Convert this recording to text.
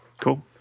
cool